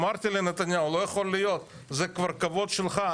אמרתי לנתניהו לא יכול להיות, זה כבר הכבוד שלך.